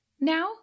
now